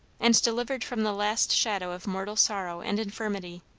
and delivered from the last shadow of mortal sorrow and infirmity.